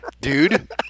Dude